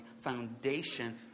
foundation